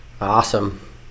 Awesome